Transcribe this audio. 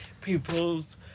people's